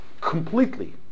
completely